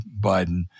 Biden